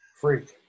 Freak